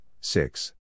six